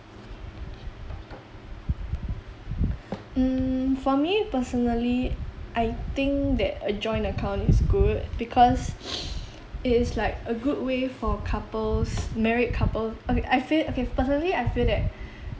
mm for me personally I think that a joint account is good because it is like a good way for couples married couple okay I feel okay personally I feel that